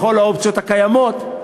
בכל האופציות הקיימות.